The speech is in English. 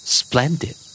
splendid